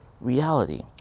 reality